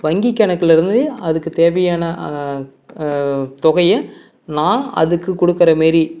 வங்கி கணக்கிலேருந்து அதுக்குத் தேவையான தொகையை நான் அதுக்கு கொடுக்கற மாரி